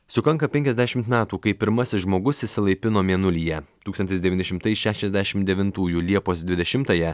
sukanka penkiasdešimt metų kai pirmasis žmogus išsilaipino mėnulyje tūkstantis devyni šimtai šešiasdešim devintųjų liepos dvidešimtąją